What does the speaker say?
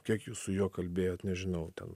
kiek jūs su juo kalbėjot nežinau ten